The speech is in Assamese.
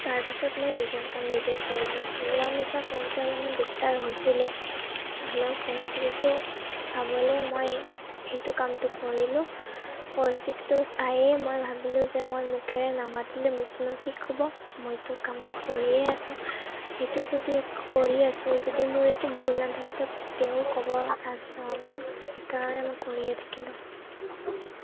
তাৰপিছত মই নিজৰ কাম নিজে কৰি লওঁ মিলা মিচা কৰোঁতে অলপমান দিগদাৰ হৈছিলে হ'লেও পৰিস্থিতিটো চাবলৈ মই সেই কামটো কৰিলোঁ পৰিস্থিতিটো চায়েই মই ভাবিলোঁ যে মই মুখেৰে নামাতিলে মোকনো কি ক'ব মইতো কামটো কৰিয়েই আছোঁ সেইটো যদি কৰিয়ে আছোঁ যদি মোৰ একো ভুল নাথাকে তাত তেওঁ ক'ব চাঞ্চ নাপাব ন সেইকাৰণে মই কৰিয়েই থাকিলোঁ